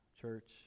church